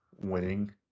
winning